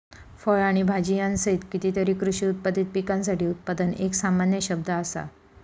फळ आणि भाजीयांसहित कितीतरी कृषी उत्पादित पिकांसाठी उत्पादन एक सामान्य शब्द असा